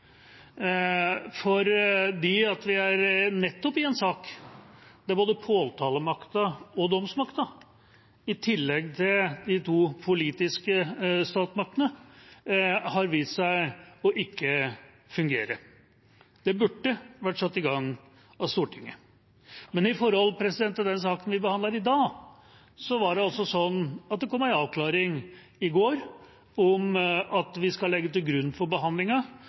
vi er nettopp i en sak der påtalemakten og domsmakten i tillegg til de to politiske statsmaktene har vist seg å ikke fungere. Det burde vært satt i gang av Stortinget. Men når det gjelder den saken vi behandler i dag, kom det en avklaring i går om at vi skal legge til grunn for